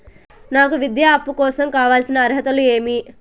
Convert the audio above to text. నాకు విద్యా అప్పు కోసం కావాల్సిన అర్హతలు ఏమి?